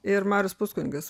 ir marius puskunigis